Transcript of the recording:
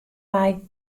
mei